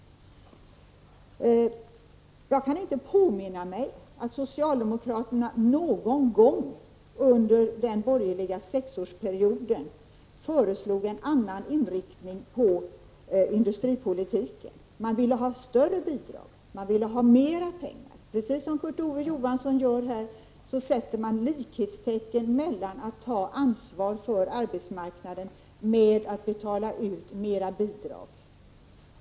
Jag kan inte påminna mig att socialdemokraterna någon gång under den borgerliga sexårsperioden föreslog en annan inriktning av industripolitiken. Man ville ha större bidrag, man ville ha mera pengar. Precis som Kurt Ove Johansson gör här satte man likhetstecken mellan att ta ansvar för arbetsmarknaden och att betala ut mer bidrag.